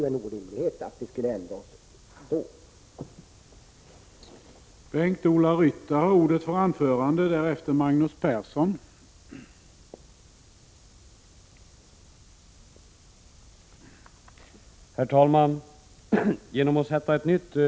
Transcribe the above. Det är ju orimligt att vi skulle ändra oss då.